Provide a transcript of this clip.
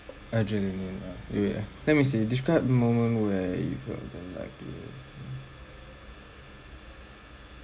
urgent eh wait ah let me see describe a moment where you felt like you